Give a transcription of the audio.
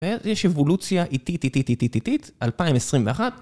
ויש אבולוציה איטית איטית איטית איטית, 2021